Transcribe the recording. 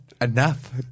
enough